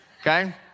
Okay